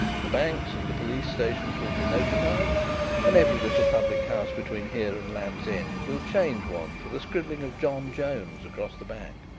the banks and the police stations will be notified and every little public-house between here and land's end will change one for the scribbling of john jones across the back.